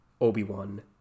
Obi-Wan